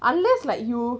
unless like you